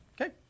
Okay